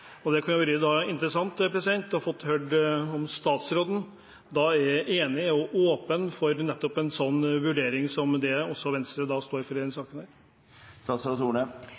Det kunne vært interessant å få høre om statsråden er enig i og åpen for en sånn vurdering som Venstre står for i denne saken.